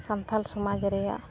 ᱥᱟᱱᱛᱟᱞ ᱥᱚᱢᱟᱡᱽ ᱨᱮᱭᱟᱜ